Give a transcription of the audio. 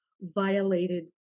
violated